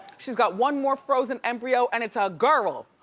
she's got one more frozen embryo and it's a girl.